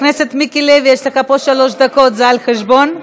מיקי לוי, יש לך פה שלוש דקות, זה על החשבון?